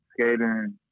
skating